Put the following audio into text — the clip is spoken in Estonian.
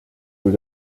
kui